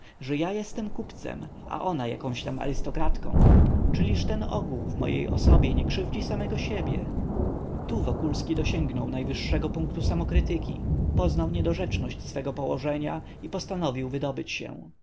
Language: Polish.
że ja jestem kupcem a ona jakąś tam arystokratką czyliż ten ogół w mojej osobie nie krzywdzi samego siebie tu wokulski dosięgnął najwyższego punktu samokrytyki poznał niedorzeczność swego położenia i postanowił wydobyć się